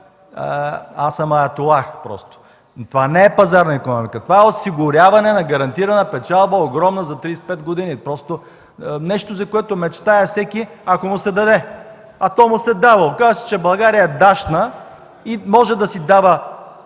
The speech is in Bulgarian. аз съм аятолах просто. Това не е пазарна икономика! Това е осигуряване на огромна гарантирана печалба за 35 години - нещо, за което мечтае всеки, ако му се даде. А то му се дава. Оказа се, че България е дашна и може да си дава